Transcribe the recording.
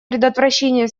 предотвращения